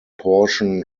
portion